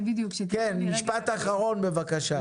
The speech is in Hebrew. משפט אחרון, בבקשה.